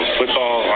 football